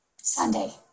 Sunday